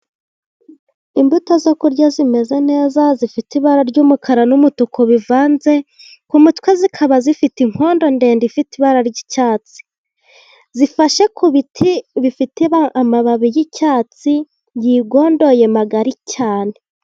Imbuto zo kurya zimeze neza zifite ibara ry'umukara n'umutuku bivanze, ku mutwe zikaba zifite inkondo ndende ifite ibara ry'icyatsi. Zifashe ku biti bifite amababi y'icyatsi yigondoye magari cyane.